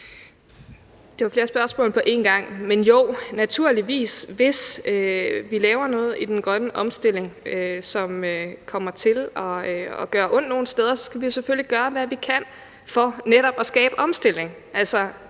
Det var flere spørgsmål på én gang, men jo, naturligvis. Hvis vi laver noget i den grønne omstilling, som kommer til at gøre ondt nogle steder, skal vi selvfølgelig gøre, hvad vi kan for netop at skabe omstilling.